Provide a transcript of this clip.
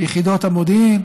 ביחידות המודיעין,